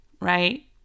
right